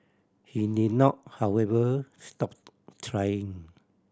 he did not however stop trying